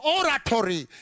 oratory